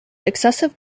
excessive